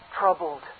troubled